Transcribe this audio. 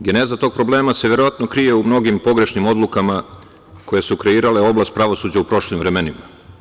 Geneza tog problema se verovatno krije u mnogim pogrešnim odlukama koje su kreirale oblast pravosuđa u prošlim vremenima.